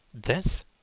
Death